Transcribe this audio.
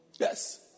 Yes